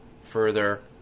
further